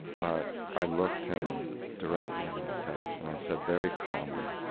but i looked him directly in the face and i said, very calmly,